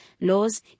laws